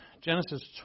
Genesis